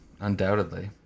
undoubtedly